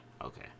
Okay